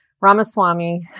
Ramaswamy